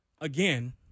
again